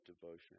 devotion